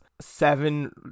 seven